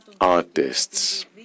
artists